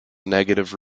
negative